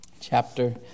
Chapter